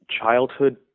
childhood